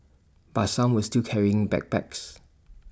but some were still carrying backpacks